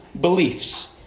beliefs